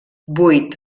vuit